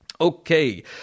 Okay